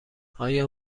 آیا